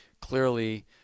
clearly